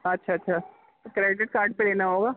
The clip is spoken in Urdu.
اچھا اچھا تو کریڈٹ کارڈ پہ لینا ہوگا